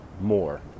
more